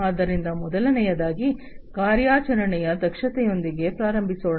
ಆದ್ದರಿಂದ ಮೊದಲನೆಯದಾಗಿ ಕಾರ್ಯಾಚರಣೆಯ ದಕ್ಷತೆಯೊಂದಿಗೆ ಪ್ರಾರಂಭಿಸೋಣ